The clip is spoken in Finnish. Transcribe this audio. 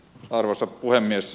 arvoisa puhemies